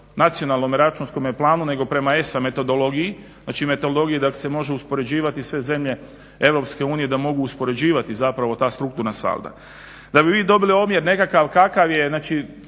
nacionalnom računskome planu nego prema ESA metodologiji, znači metodologiji da se može uspoređivati sve zemlje EU, da mogu uspoređivati zapravo ta strukturna salda. Da bi vi dobili omjer nekakav kakav je, znači